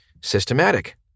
systematic